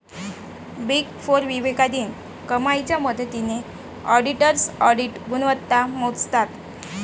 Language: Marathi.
बिग फोर विवेकाधीन कमाईच्या मदतीने ऑडिटर्सची ऑडिट गुणवत्ता मोजतात